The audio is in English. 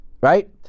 right